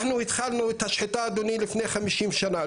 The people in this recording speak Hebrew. אנחנו התחלנו את השחיטה, אדוני, לפני 50 שנה.